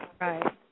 right